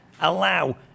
allow